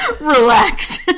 Relax